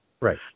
Right